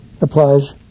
applies